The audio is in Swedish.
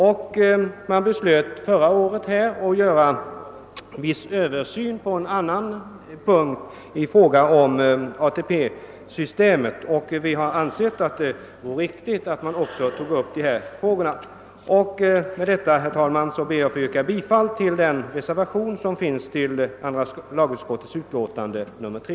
Förra året beslöt riksdagen att låta göra en viss översyn på en annan punkt av ATP-systemet. Vi har därför ansett det riktigt att man då också tar upp dessa frågor. Med detta ber jag få yrka bifall till den reservation som är fogad vid andra lagutskottets utlåtande nr 3.